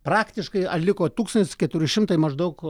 praktiškai a liko tūkstantis keturi šimtai maždaug